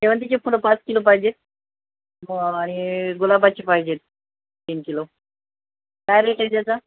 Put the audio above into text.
शेवंतीचे फुलंं पाच किलो पाहिजे आहेत आणि गुलाबाची पाहिजे आहेत तीन किलो काय रेट आहे त्याचा